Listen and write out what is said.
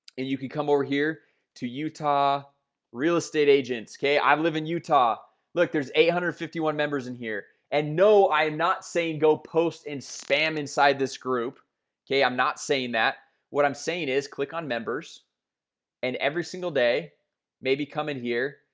and you can come over here to utah real estate agents, okay? i've live in utah look there's eight hundred and fifty one members in here, and no i'm not saying go post and spam inside this group okay i'm not saying that what i'm saying is click on members and every single day maybe come in here,